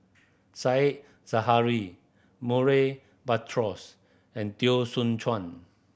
Said Zahari Murray Buttrose and Teo Soon Chuan